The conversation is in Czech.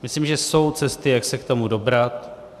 Myslím, že jsou cesty, jak se k tomu dobrat.